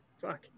Fuck